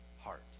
heart